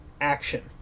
action